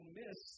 miss